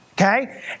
Okay